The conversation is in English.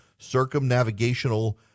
circumnavigational